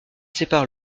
sépare